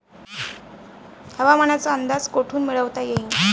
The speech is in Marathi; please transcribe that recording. हवामानाचा अंदाज कोठून मिळवता येईन?